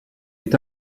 est